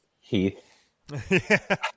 Heath